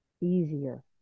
easier